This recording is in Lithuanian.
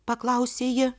paklausė ji